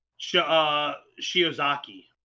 shiozaki